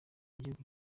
igihugu